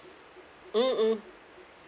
mm mm